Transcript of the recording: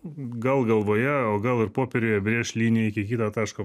gal galvoje o gal ir popieriuje brėš liniją iki kito taško